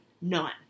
None